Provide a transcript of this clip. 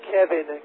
Kevin